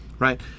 Right